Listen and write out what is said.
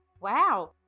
Wow